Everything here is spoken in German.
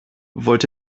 wollt